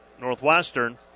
Northwestern